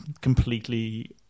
completely